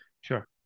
Sure